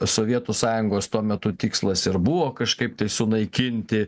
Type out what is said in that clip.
sovietų sąjungos tuo metu tikslas ir buvo kažkaip sunaikinti